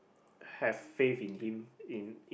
have faith in him in